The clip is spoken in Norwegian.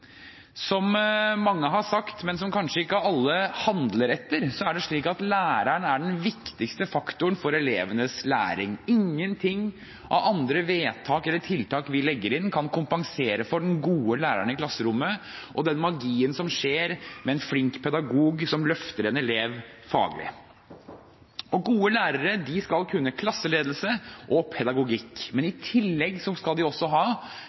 Som mange har sagt, men som kanskje ikke alle handler etter, er det slik at læreren er den viktigste faktoren for elevenes læring. Ingenting av andre vedtak eller tiltak vi legger inn, kan kompensere for den gode læreren i klasserommet og den magien som skjer med en flink pedagog som løfter en elev faglig. Gode lærere skal kunne klasseledelse og pedagogikk, men i tillegg skal de også ha